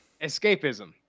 Escapism